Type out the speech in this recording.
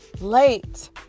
late